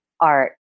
art